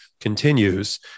continues